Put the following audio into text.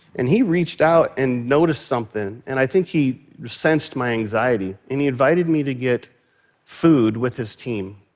and he reached out and noticed something, and i think he sensed my anxiety, and he invited me to get food with his team.